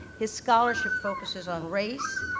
his scholarship focuses on race,